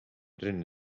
trenni